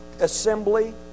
assembly